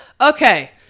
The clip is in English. Okay